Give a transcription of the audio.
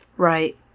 Right